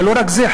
אבל לא רק זה,